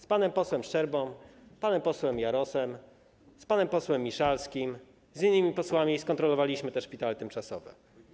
Z panem posłem Szczerbą, z panem posłem Jarosem, z panem posłem Miszalskim i z innymi posłami skontrolowaliśmy te szpitale tymczasowe.